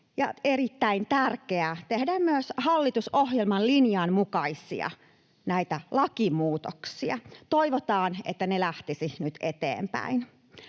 erittäin tärkeää tehdä myös hallitusohjelman linjan mukaisia lakimuutoksia. Toivotaan, että ne lähtisivät nyt eteenpäin.